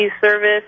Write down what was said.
service